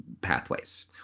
pathways